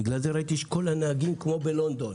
בגלל זה ראיתי שכל הנהגים כמו בלונדון,